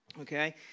Okay